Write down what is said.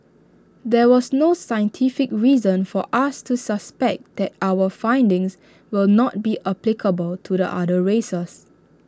there was no scientific reason for us to suspect that our findings will not be applicable to the other races